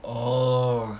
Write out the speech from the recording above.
oh